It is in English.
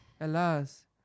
alas